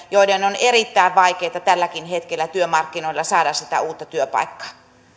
joiden on erittäin vaikeata tälläkin hetkellä työmarkkinoilla saada sitä uutta työpaikkaa